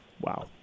Wow